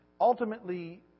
ultimately